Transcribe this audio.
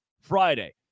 Friday